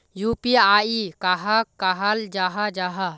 UPI कहाक कहाल जाहा जाहा?